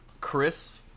Chris